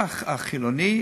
החילונים,